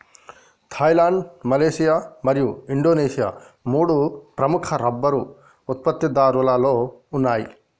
Thailand, Malaysia మరియు Indonesia మూడు ప్రముఖ రబ్బరు ఉత్పత్తిదారులలో ఉన్నాయి